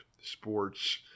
sports